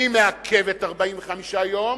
אני מעכבת 45 יום,